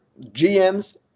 GMs